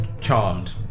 charmed